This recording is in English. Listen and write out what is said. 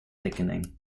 thickening